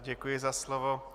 Děkuji za slovo.